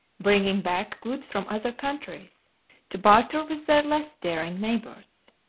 bringing back goods from other countries to barter with their less daring neighbours.